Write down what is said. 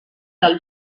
del